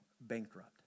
bankrupt